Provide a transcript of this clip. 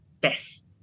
best